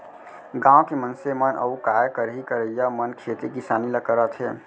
गॉंव के मनसे मन अउ काय करहीं करइया मन खेती किसानी ल करत हें